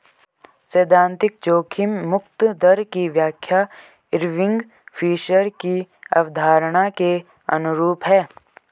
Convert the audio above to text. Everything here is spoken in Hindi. सैद्धांतिक जोखिम मुक्त दर की व्याख्या इरविंग फिशर की अवधारणा के अनुरूप है